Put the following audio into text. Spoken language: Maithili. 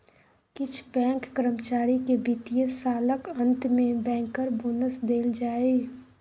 किछ बैंक कर्मचारी केँ बित्तीय सालक अंत मे बैंकर बोनस देल जाइ